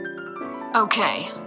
Okay